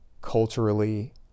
culturally